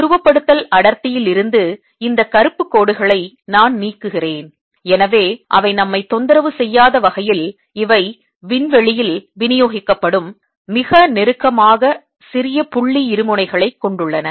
துருவப்படுத்தல் அடர்த்தியில் இருந்து இந்த கருப்பு கோடுகளை நான் நீக்குகிறேன் எனவே அவை நம்மைத் தொந்தரவு செய்யாத வகையில் இவை விண்வெளியில் விநியோகிக்கப்படும் மிக நெருக்கமாக சிறிய புள்ளி இருமுனைகளைக் கொண்டுள்ளன